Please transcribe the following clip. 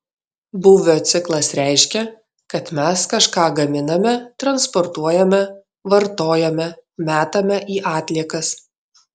būvio ciklas reiškia kad mes kažką gaminame transportuojame vartojame metame į atliekas